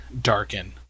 darken